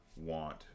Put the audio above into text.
want